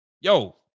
Yo